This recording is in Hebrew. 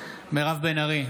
מירב בן ארי,